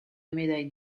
médaille